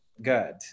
good